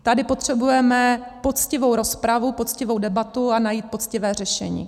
Tady potřebujeme poctivou rozpravu, poctivou debatu a najít poctivé řešení.